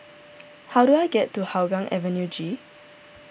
how do I get to Hougang Avenue G